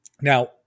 Now